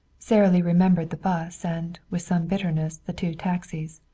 sara lee remembered the bus, and, with some bitterness, the two taxis.